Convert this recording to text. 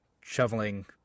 shoveling